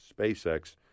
SpaceX